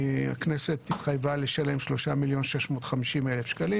הכנסת התחייבה לשלם 3.650 מיליון שקלים.